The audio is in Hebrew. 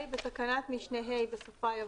בתקנת משנה (ה), בסופה יבוא: